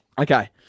Okay